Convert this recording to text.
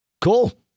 Cool